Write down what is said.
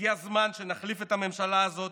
הגיע הזמן שנחליף את הממשלה הזאת,